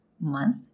month